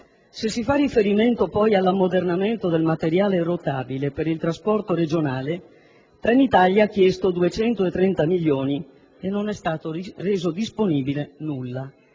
Se si fa riferimento poi all'ammodernamento del materiale rotabile per il trasporto regionale, Trenitalia ha chiesto 230 milioni e non è stato reso disponibile nulla.